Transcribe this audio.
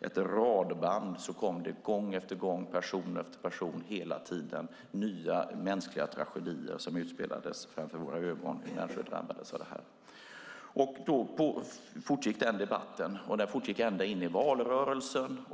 ett radband kom det gång efter gång, person efter person hela tiden nya mänskliga tragedier som utspelades framför våra ögon när människor drabbades av detta. Debatten fortgick ända in i valrörelsen.